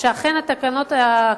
אני לא בטוחה שאכן התקנות הקיימות,